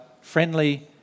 friendly